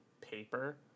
paper